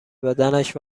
بدنش